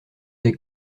des